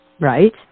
Right